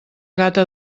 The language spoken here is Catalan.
gata